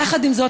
יחד עם זאת,